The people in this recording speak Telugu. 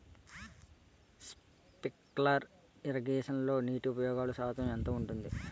స్ప్రింక్లర్ ఇరగేషన్లో నీటి ఉపయోగ శాతం ఎంత ఉంటుంది?